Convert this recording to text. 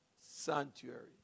Sanctuary